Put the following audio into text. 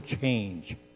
change